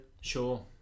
Sure